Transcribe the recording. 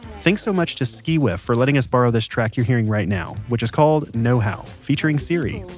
thanks so much to skeewiff for letting us borrow this track you're hearing right now which is called know how featuring siri.